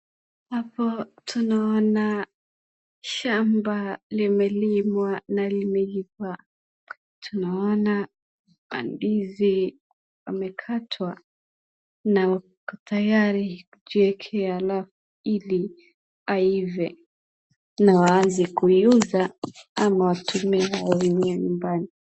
Apo tunaona shamba limelimwa na limelipa. Tunaona ndizi wamekatwa na wako tayari kujiwekea alafu ili aive na waanze kuiuza ama watumie wao wenyewe nyumbani.